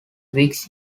wicks